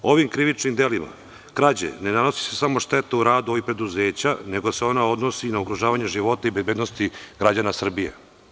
Ovim krivičnim delima krađe ne nanosi se samo šteta u radu ovih preduzeća, nego sa ona odnosi i na ugrožavanje života i bezbednosti građana Srbije.